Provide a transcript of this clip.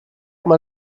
mal